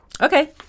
Okay